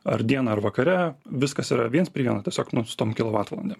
ar dieną ar vakare viskas yra viens prie vieno tiesiog nu su tom kilovatvalandėm